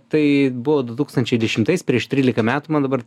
tai buvo du tūkstančiai dešimtais prieš trylika metų man dabar